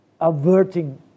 averting